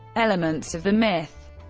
elements of the myth